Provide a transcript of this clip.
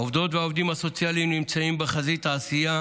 העובדות והעובדים הסוציאליים נמצאים בחזית העשייה